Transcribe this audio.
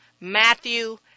Matthew